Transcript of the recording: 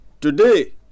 Today